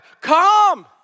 Come